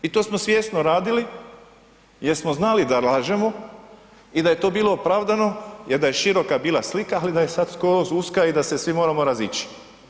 I to smo svjesno radili jer smo znali da lažemo i da je to bilo opravdano jer da je široka bila slika ali da je sad skroz uska i da svi moramo razići.